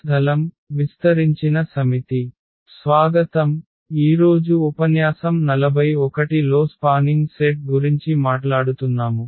స్వాగతం ఈరోజు ఉపన్యాసం 41 లో స్పానింగ్ సెట్ గురించి మాట్లాడుతున్నాము